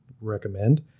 recommend